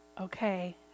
Okay